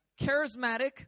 charismatic